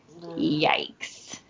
Yikes